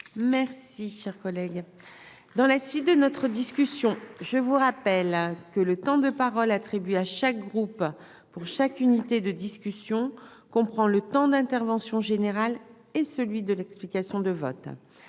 Merci, cher collègue, dans la suite de notre discussion, je vous rappelle que le temps de parole. Attribuée à chaque groupe pour chaque unité de discussion qu'on prend le temps d'intervention général et celui de l'explication de vote